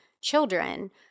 children